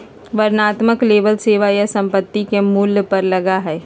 वर्णनात्मक लेबल सेवा या संपत्ति के मूल्य पर लगा हइ